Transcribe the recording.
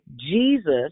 Jesus